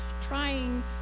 trying